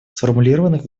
сформулированных